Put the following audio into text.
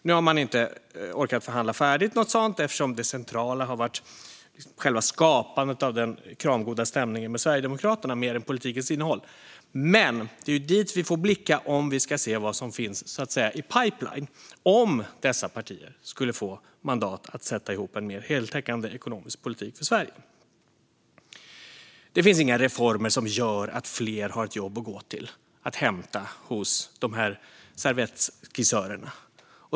Nu har man inte orkat förhandla färdigt något sådant eftersom det centrala har varit själva skapandet av den kramgoda stämningen med Sverigedemokraterna snarare än politikens innehåll, men det är ju dit vi får blicka om vi vill se vad som så att säga finns i pipeline om dessa partier skulle få mandat att sätta ihop en mer heltäckande ekonomisk politik för Sverige. Det finns inga reformer som gör att fler har ett jobb att gå till att hämta hos dessa servettskissörer.